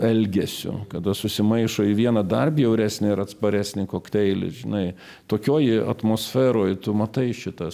elgesiu kada susimaišo į vieną dar bjauresnį ir atsparesį kokteilį žinai tokioj atmosferoj tu matai šitas